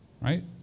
right